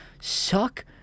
Suck